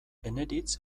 eneritz